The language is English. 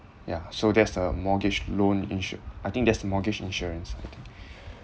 yeah so that's the mortgage loan issue I think that's the mortgage insurance